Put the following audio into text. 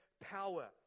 power